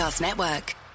Network